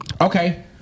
Okay